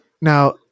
Now